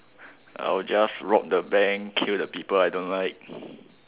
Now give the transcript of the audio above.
I will just rob the bank kill the people I don't like